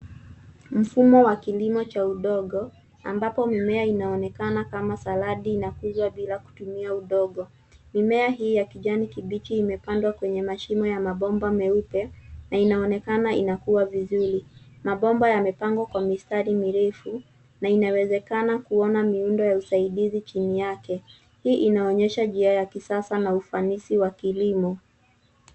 Mfumo wa kilimo cha udongo ambapo mimea inaonekana kama saladi inakuja bila kutumia udongo. Mimea hii ya kijani kibichi imepandwa kwenye mashimo ya mabomba meupe na inaonekana inakua vizuri. Mabomba imepangwa kwa mistari mirefu na inawezekana kuona miundo ya ufanisi mbele yake. Hii inaonyesha njia ya kisasa na ufanisi wa kilimo.